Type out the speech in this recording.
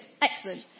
excellent